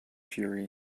fury